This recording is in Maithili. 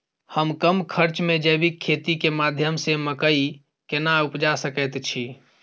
हम कम खर्च में जैविक खेती के माध्यम से मकई केना उपजा सकेत छी?